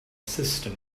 system